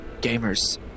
gamers